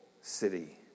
city